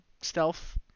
Stealth